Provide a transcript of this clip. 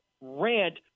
rant